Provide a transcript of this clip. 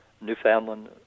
Newfoundland